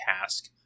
task